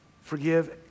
Forgive